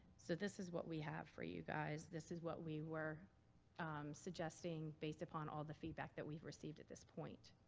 so this is what we have for you guys. this is what we were suggesting based upon all the feedback that we've received at this point.